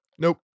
Nope